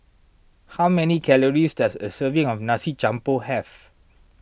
how many calories does a serving of Nasi Campur have